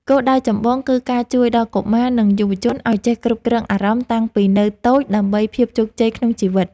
គោលដៅចម្បងគឺការជួយដល់កុមារនិងយុវជនឱ្យចេះគ្រប់គ្រងអារម្មណ៍តាំងពីនៅតូចដើម្បីភាពជោគជ័យក្នុងជីវិត។